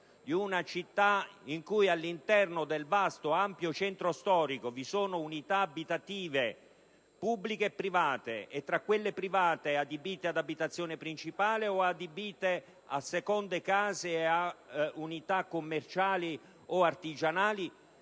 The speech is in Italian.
di una città in cui, all'interno dell'ampio centro storico, vi sono unità abitative pubbliche e private, e tra quelle private quelle adibite ad abitazione principale o a seconde case e a unità commerciali o artigianali